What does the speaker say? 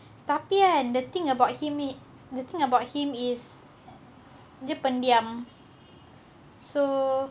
tapi kan the thing about him is the thing about him is dia pendiam so